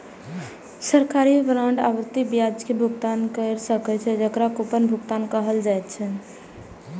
सरकारी बांड आवर्ती ब्याज के भुगतान कैर सकै छै, जेकरा कूपन भुगतान कहल जाइ छै